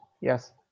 Yes